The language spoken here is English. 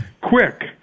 quick